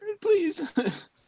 please